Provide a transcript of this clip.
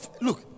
look